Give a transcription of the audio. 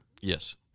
Yes